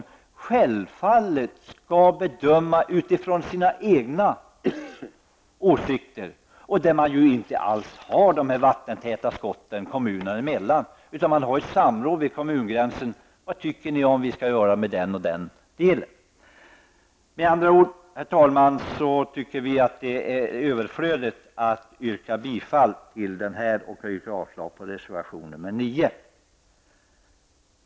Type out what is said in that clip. De skall självfallet bedöma frågan utifrån sina egna ståndpunkter, och det finns inga vattentäta skott kommunerna emellan. Man har ett samråd vid kommungränsen: Vad tycker ni att vi skall göra med den delen? Med andra ord anser utskottet att det är överflödigt med en sådan bestämmelse, och jag yrkar avslag på reservation nr 9.